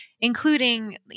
including